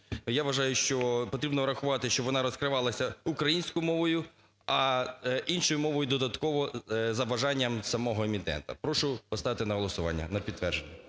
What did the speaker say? я вважаю, що потрібно врахувати, щоб вона розкривалась українською мовою, а іншою мовою додатково, за бажанням самого емітента. Прошу поставити на голосування на підтвердження.